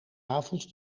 avonds